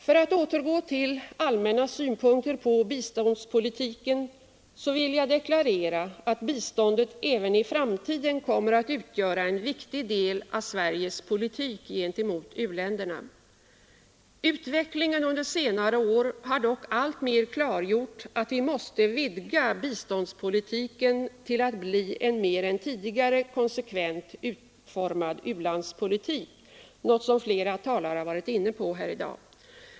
För att återgå till allmänna synpunkter på biståndspolitiken vill jag deklarera att biståndet även i framtiden kommer att utgöra en viktig del av Sveriges politik gentemot u-länderna. Utvecklingen under senare år har dock alltmer klargjort att vi måste vidga biståndspolitiken till att bli en mer än tidigare konsekvent utformad u-landspolitik, något som flera talare har varit inne på här i dag.